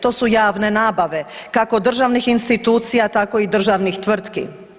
To su javne nabave kako državnih institucija tako i državnih tvrtki.